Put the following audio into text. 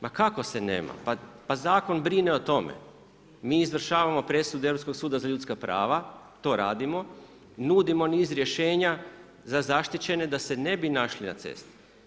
Ma kako nema, pa zakon brine o tome, mi izvršavamo presude Europskog suda za ljudska prava, to radimo, nudimo niz rješenja za zaštićene da se ne bi našli na cesti.